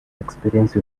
experience